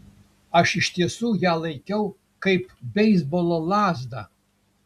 aš iš tiesų ją laikiau kaip beisbolo lazdą